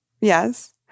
Yes